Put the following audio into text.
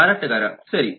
ಮಾರಾಟಗಾರ ಸರಿ